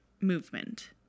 movement